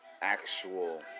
actual